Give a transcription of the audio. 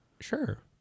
Sure